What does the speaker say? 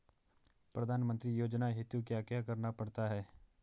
प्रधानमंत्री फसल योजना हेतु क्या क्या करना पड़ता है?